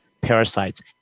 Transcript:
parasites